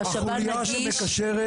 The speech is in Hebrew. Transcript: אנחנו החוליה שמקשרת.